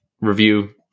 review